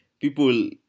People